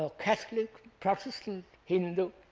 ah catholic, protestant, hindu.